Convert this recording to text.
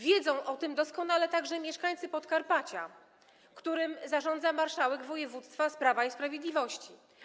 Wiedzą o tym doskonale także mieszkańcy Podkarpacia, którym zarządza marszałek województwa z Prawa i Sprawiedliwości.